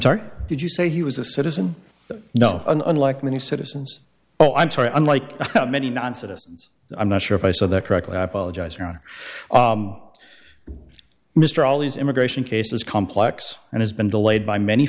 sorry did you say he was a citizen no unlike many citizens oh i'm sorry unlike many non citizens i'm not sure if i saw that correctly i apologize around mr all these immigration cases complex and has been delayed by many